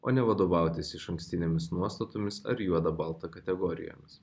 o ne vadovautis išankstinėmis nuostatomis ar juoda balta kategorijomis